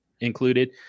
included